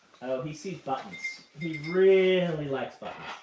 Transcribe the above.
he sees buttons. he really likes but